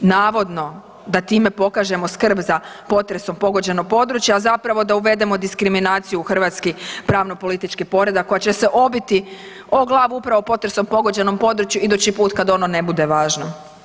Navodno, da time pokažemo skrb za potresom pogođeno područje, a zapravo da uvedemo diskriminaciju u hrvatski pravno-politički poredak koja će se obiti o glavu upravo potresom pogođenom području idući put kad ono ne bude važno.